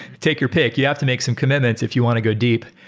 take your pick. you have to make some commitments if you want to good deep.